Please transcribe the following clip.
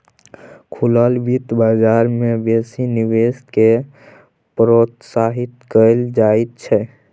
खुलल बित्त बजार मे बेसी निवेश केँ प्रोत्साहित कयल जाइत छै